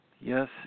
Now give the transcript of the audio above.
Yes